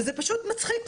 וזה פשוט מצחיק.